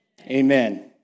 Amen